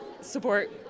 support